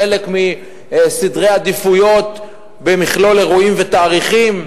חלק מסדרי עדיפויות במכלול אירועים ותאריכים.